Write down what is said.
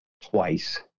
twice